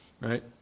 right